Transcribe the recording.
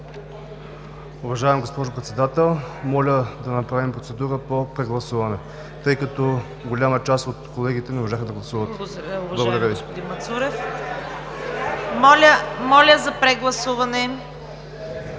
Моля за прегласуване.